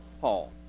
Paul